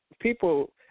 people